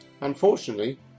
Unfortunately